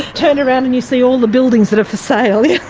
turn around and you see all the buildings that are for sale. yeah